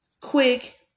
quick